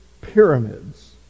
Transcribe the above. pyramids